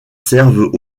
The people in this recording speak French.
servent